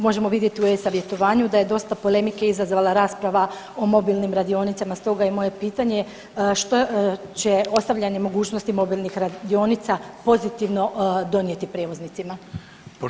Možemo vidjeti u e-savjetovanju da je dosta polemike izazvala rasprava o mobilnim radionicama, stoga je moje pitanje što će ostavljanje mogućnosti mobilnih radionica pozitivno donijeti prijevoznicima?